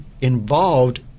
involved